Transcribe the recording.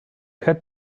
had